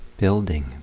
building